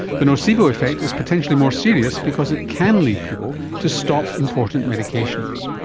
the nocebo reflect is potentially more serious because it can lead people to stop important medications.